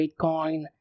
Bitcoin